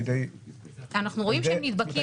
אנחנו רואים שהם נדבקים,